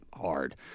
hard